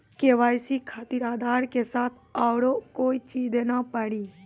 KYC खातिर आधार के साथ औरों कोई चीज देना पड़ी?